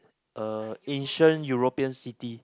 uh Asian European city